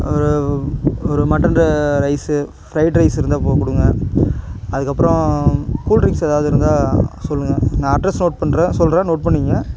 ஒரு மட்டன் ர rice fried rice இருந்தால் போ கொடுங்க அதற்கப்றோம் கூல்ட்ரிங்ஸ் எதாவுது இருந்தா சொல்லுங்கள் நான் அட்ரஸ் நோட் பண்ணுறேன் சொல்லுறேன் நோட் பண்ணிகங்க